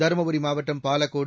தருமபுரி மாவட்டம் பாலக்கோடு